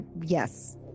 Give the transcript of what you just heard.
yes